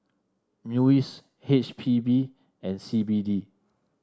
MUIS H P B and C B D